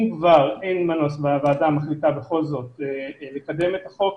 אם כבר אין מנוס והוועדה מחליטה בכל זאת לקדם את החוק,